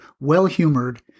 well-humored